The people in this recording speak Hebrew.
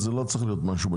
זה לא צריך להיות בשמיים.